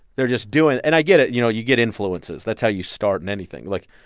they're just doing and i get it. you know, you get influences. that's how you start in anything. like,